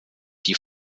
die